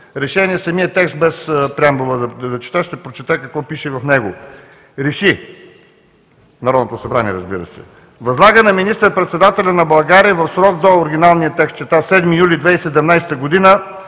Решение, самият текст без преамбюла, ще прочета какво пише в него: Реши – Народното събрание, разбира се, възлага на министър-председателя на България в срок до“, оригиналния текст чета: „до 7 юли 2017 г. да